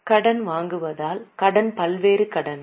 கடன் வாங்குதல் கடன் பல்வேறு கடன்கள்